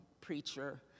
preacher